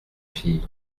fille